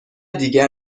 دیگر